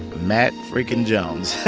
matt freaking jones ok